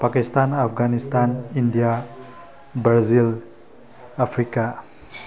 Pakistan Afghanistan India Brazil Africa